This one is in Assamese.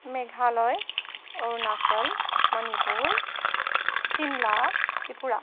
মেঘালয় অৰুণাচল মণিপুৰ চিমলা ত্ৰিপুৰা